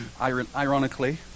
ironically